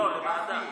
לא, לוועדה.